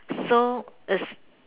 so is